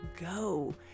go